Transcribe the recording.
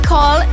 Call